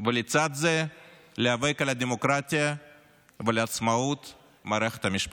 ולצד זה להיאבק על הדמוקרטיה ועל עצמאות מערכת המשפט.